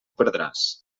perdràs